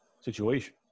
situation